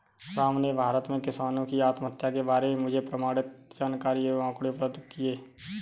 राम ने भारत में किसानों की आत्महत्या के बारे में मुझे प्रमाणित जानकारी एवं आंकड़े उपलब्ध किये